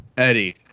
Eddie